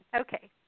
Okay